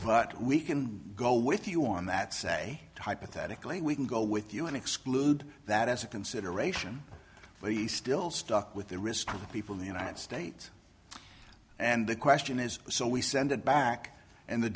but we can go with you on that say hypothetically we can go with you and exclude that as a consideration but he still stuck with the risk of the people the united states and the question is so we send it back and the